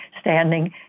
standing